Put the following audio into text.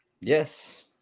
Yes